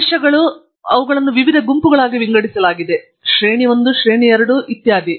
ದೇಶಗಳು ಅವುಗಳನ್ನು ವಿವಿಧ ಗುಂಪುಗಳಾಗಿ ವಿಂಗಡಿಸಲಾಗಿದೆ ಶ್ರೇಣಿ 1 ಶ್ರೇಣಿ 2 ಶ್ರೇಣಿ 3 ಇತ್ಯಾದಿ